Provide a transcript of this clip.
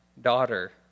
daughter